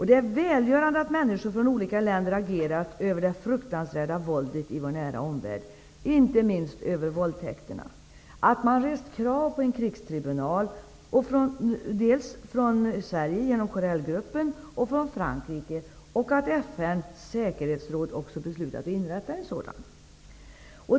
Det är välgörande att människor från olika länder har agerat mot det fruktansvärda våldet i vår nära omvärld, inte minst mot våldtäkterna, att man har rest krav på en krigstribunal -- bl.a. från Sverige, genom Corellgruppen och från Frankrike -- och att FN:s säkerhetsråd också har beslutat att inrätta en sådan.